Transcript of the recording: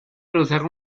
cruzar